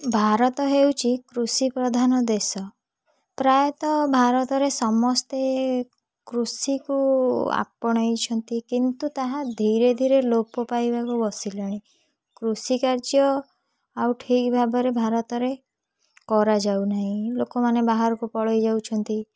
ଭାରତ ହେଉଛି କୃଷି ପ୍ରଧାନ ଦେଶ ପ୍ରାୟତଃ ଭାରତରେ ସମସ୍ତେ କୃଷିକୁ ଆପଣେଇଛନ୍ତି କିନ୍ତୁ ତାହା ଧୀରେ ଧୀରେ ଲୋପ ପାଇବାକୁ ବସିଲାଣି କୃଷିକାର୍ଯ୍ୟ ଆଉ ଠିକ୍ ଭାବରେ ଭାରତରେ କରାଯାଉ ନାହିଁ ଲୋକମାନେ ବାହାରକୁ ପଳେଇ ଯାଉଛନ୍ତି